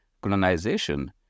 colonization